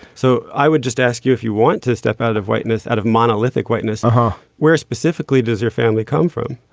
so i would just ask you if you want to step out of whiteness out of monolithic whiteness. and where specifically does your family come from.